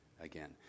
again